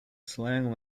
slang